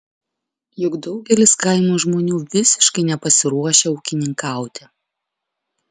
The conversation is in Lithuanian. juk daugelis kaimo žmonių visiškai nepasiruošę ūkininkauti